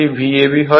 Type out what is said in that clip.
এটি Vab হয়